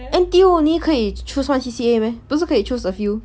N_T_U 可以 choose one C_C_A meh 不是可以 choose a few